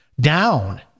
Down